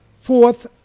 fourth